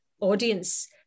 audience